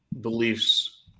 beliefs